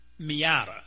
Miata